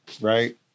right